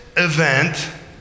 event